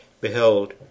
Behold